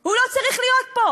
הוא לא צריך להיות פה.